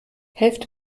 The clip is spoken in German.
helft